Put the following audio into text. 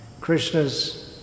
Krishna's